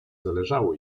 zależało